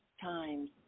times